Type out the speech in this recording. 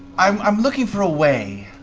i'm i'm looking for a way,